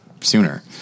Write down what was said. Sooner